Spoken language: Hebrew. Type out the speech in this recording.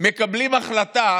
מקבלים החלטה